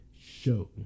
show